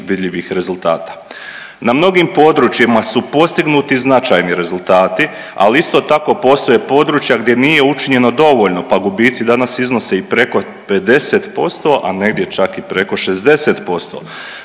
vidljivih rezultata. Na mnogim područjima su postignuti značajni rezultati, ali isto tako postoje područja gdje nije učinjeno dovoljno pa gubici danas iznose i preko 50%, a negdje čak i preko 60%.